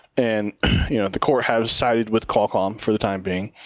and you know the court has sided with qualcomm for the time being.